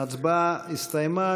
ההצבעה הסתיימה.